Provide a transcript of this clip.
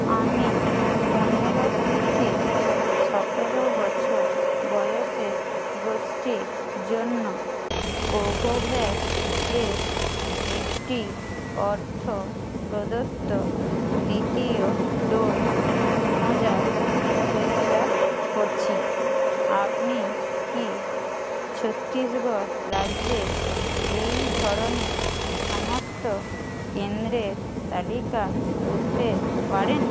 আমি পনেরো থেকে সতেরো বছর বয়সের গোষ্ঠীর জন্য কোভোভ্যাক্স এর একটি অর্থপ্রদত্ত দ্বিতীয় ডোজ খোঁজার চেষ্টা করছি আপনি কি ছত্তিশগড় রাজ্যে এই ধরনের সমস্ত কেন্দ্রের তালিকা করতে পারেন